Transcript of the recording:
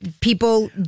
people